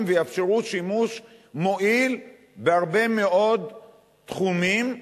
ויאפשרו שימוש מועיל בהרבה מאוד תחומים,